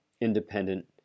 independent